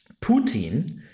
Putin